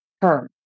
term